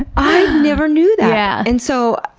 i never knew that. yeah and so,